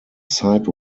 sight